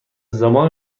زمان